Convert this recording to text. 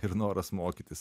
ir noras mokytis